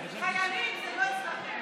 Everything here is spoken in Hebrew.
חיילים, לא אצלכם.